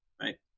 right